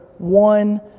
one